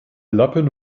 lappen